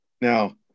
Now